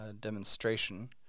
demonstration